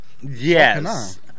yes